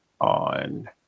on